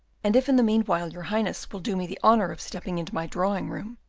and if in the meanwhile your highness will do me the honour of stepping into my drawing-room,